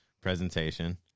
presentation